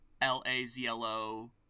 L-A-Z-L-O